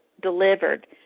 delivered